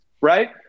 right